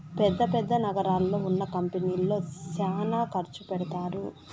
పెద్ద పెద్ద నగరాల్లో ఉన్న కంపెనీల్లో శ్యానా ఖర్చు పెడతారు